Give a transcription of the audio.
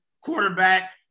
quarterback